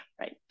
Right